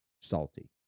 salty